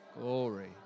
Glory